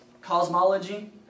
cosmology